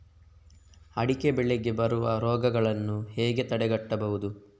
ಅಡಿಕೆ ಬೆಳೆಗೆ ಬರುವ ರೋಗಗಳನ್ನು ಹೇಗೆ ತಡೆಗಟ್ಟಬಹುದು?